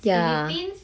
ya